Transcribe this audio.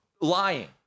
lying